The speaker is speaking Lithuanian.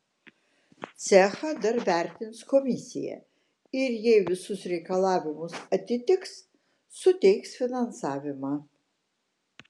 cechą dar vertins komisija ir jei visus reikalavimus atitiks suteiks finansavimą